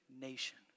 nation